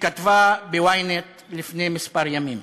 שכתבה ב-ynet לפני כמה ימים: